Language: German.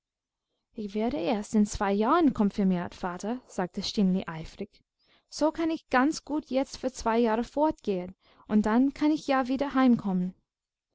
ich werde erst in zwei jahren konfirmiert vater sagte stineli eifrig so kann ich ganz gut jetzt für zwei jahre fortgehen und dann kann ich ja wieder